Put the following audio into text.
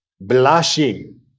blushing